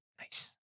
nice